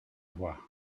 voir